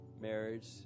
marriage